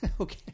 Okay